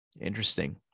Interesting